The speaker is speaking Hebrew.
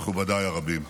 מכובדיי הרבים.